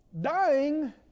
dying